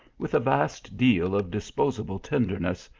with a vast deal of disposable tenderness,